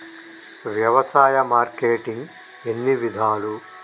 వ్యవసాయ మార్కెటింగ్ ఎన్ని విధాలు?